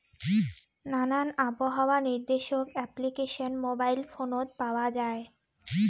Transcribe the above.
নানান আবহাওয়া নির্দেশক অ্যাপ্লিকেশন মোবাইল ফোনত পাওয়া যায়